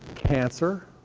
cancer,